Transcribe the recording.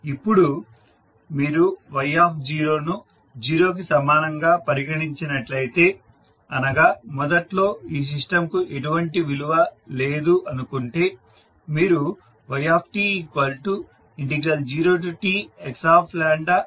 ఇప్పుడు మీరు y ను 0 కి సమానంగా పరిగణించినట్లయితే అనగా మొదట్లో ఈ సిస్టంకు ఎటువంటి విలువ లేదు అనుకుంటే మీరు yt0txdλ అని వ్రాయవచ్చు